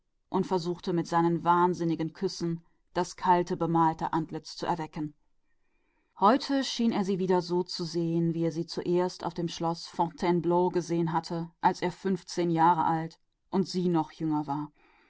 und versuchte durch seine wahnsinnigen küsse das kalte bemalte gesicht zu beleben heute war ihm als sähe er sie wieder wie er sie zuerst gesehen hatte im schlosse zu fontainebleau als er fünfzehn jahre alt war und sie noch jünger sie